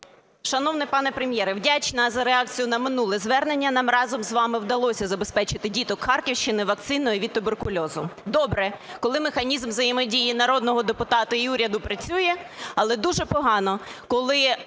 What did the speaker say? Шановний пане Прем'єре, вдячна за реакцію на минуле звернення, нам разом з вами вдалося забезпечити діток Харківщини вакциною від туберкульозу. Добре, коли механізм взаємодії народного депутата і уряду працює, але дуже погано, коли